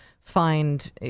find